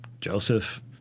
Joseph